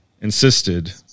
insisted